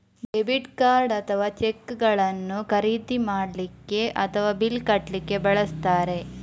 debit card ಅಥವಾ ಚೆಕ್ಗಳನ್ನು ಖರೀದಿ ಮಾಡ್ಲಿಕ್ಕೆ ಅಥವಾ ಬಿಲ್ಲು ಕಟ್ಲಿಕ್ಕೆ ಬಳಸ್ತಾರೆ